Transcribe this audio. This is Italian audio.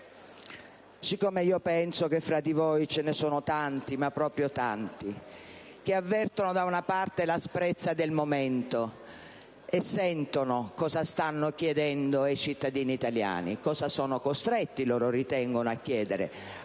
Siccome io penso che fra di voi ce ne sono tanti, ma proprio tanti, che avvertono l'asprezza del momento e sentono cosa stanno chiedendo ai cittadini italiani, cosa sono costretti - loro ritengono - a chiedere,